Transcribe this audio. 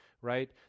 right